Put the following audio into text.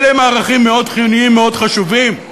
אלה ערכים מאוד חיוניים ומאוד חשובים.